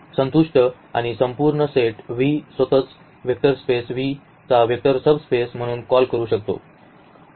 संतुष्ट आणि संपूर्ण सेट V स्वतःच वेक्टर स्पेस V चा वेक्टर सबस्पेस म्हणून कॉल करू शकतो